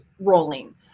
rolling